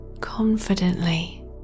confidently